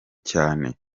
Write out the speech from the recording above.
cyane